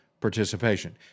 participation